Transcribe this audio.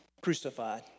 crucified